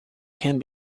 can